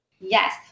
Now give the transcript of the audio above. Yes